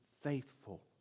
faithful